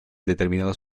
determinados